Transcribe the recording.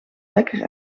lekker